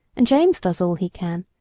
and james does all he can,